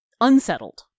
unsettled